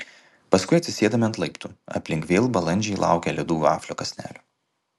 paskui atsisėdame ant laiptų aplink vėl balandžiai laukia ledų vaflio kąsnelio